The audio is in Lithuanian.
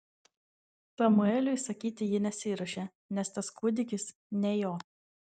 samueliui sakyti ji nesiruošė nes tas kūdikis ne jo